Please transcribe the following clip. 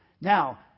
Now